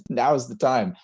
now is the time!